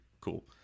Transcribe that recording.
cool